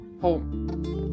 home